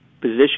position